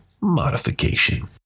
modification